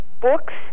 books